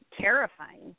terrifying